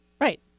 Right